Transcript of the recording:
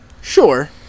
Sure